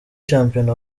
shampiyona